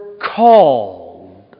called